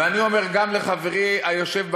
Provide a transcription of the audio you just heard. ואני אומר גם לחברי היושב-ראש,